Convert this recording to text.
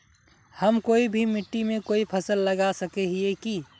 हम कोई भी मिट्टी में कोई फसल लगा सके हिये की?